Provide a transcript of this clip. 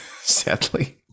sadly